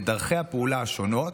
את דרכי הפעולה השונות,